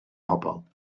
pobl